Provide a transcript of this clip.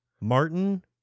Martin